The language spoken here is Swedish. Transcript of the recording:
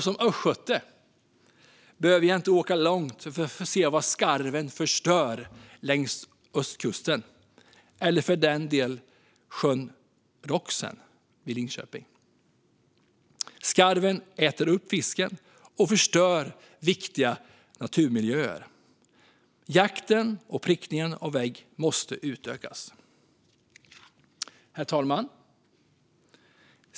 Som östgöte behöver jag inte åka långt för att se hur skarven förstör längs östkusten eller för den delen i sjön Roxen vid Linköping. Skarven äter upp fisken och förstör viktiga naturmiljöer. Jakten och prickningen av ägg måste utökas. Herr talman!